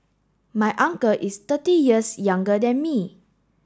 my uncle is thirty years younger than me